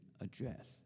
address